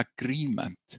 Agreement